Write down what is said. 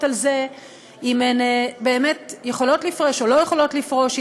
על זה אם הן באמת יכולות לפרוש או לא יכולות לפרוש,